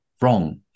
wrong